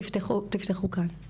תפתחו כאן.